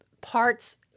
parts